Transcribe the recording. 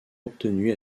obtenus